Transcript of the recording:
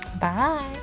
Bye